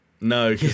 no